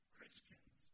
Christians